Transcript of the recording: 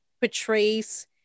portrays